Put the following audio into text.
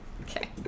okay